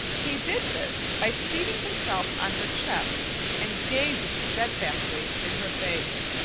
he did this by seating himself on her chest and gazing steadfastly in her face.